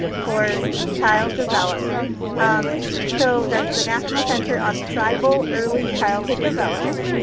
for child development um so that's the national center on tribal early childhood development.